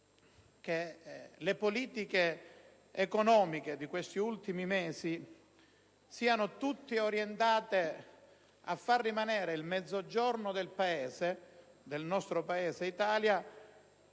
che le politiche economiche di questi ultimi mesi siano tutte orientate a far rimanere il Mezzogiorno del nostro Paese ancora